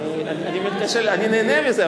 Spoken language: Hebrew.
אני נהנה מזה,